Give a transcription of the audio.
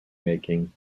making